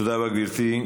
תודה רבה, גברתי.